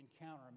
encounter